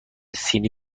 سینی